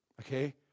Okay